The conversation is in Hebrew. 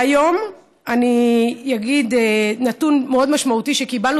והיום אני אגיד נתון מאוד משמעותי שקיבלנו,